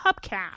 hubcap